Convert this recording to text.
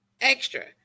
Extra